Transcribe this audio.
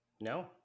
No